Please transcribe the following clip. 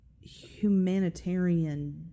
humanitarian